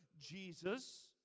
Jesus